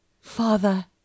Father